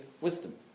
wisdom